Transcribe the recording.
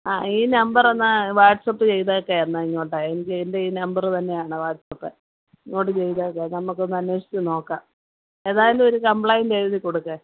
ആ ഈ നമ്പറൊന്ന് വാട്സപ്പ് ചെയ്തട്ടേ എന്നാ ഇങ്ങോട്ടൊ എൻ്റെ എൻ്റെ ഈ നമ്പര് തന്നെയാണ് വാട്സപ്പ് ഇങ്ങോട്ട് ചെയ്തേക്ക് നമുക്കൊന്ന് അന്വേഷിച്ചു നോക്കാം ഏതായാലും ഒരു കമ്പ്ലൈൻറ്റ് എഴുതി കൊടുക്ക്